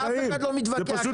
זה פשוט לא נכון,